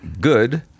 good